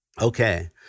Okay